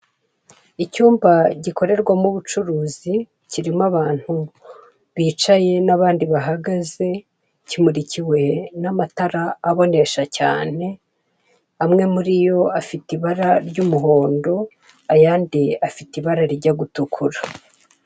Icyumba gikorerwamo ubucuruzi kirimo abantu bicaye n'abandi bahagaze, kimurikiwe n'amatara abonesha cyane amwe muri yo afite ibara ry'umuhondo ayandi afite ibara rijya gutukura.